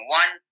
one